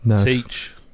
Teach